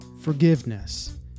forgiveness